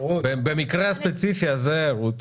במקרה הספציפי הזה, רות,